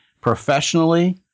professionally